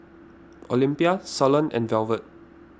Olympia Suellen and Velvet